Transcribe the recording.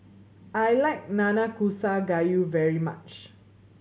I like Nanakusa Gayu very much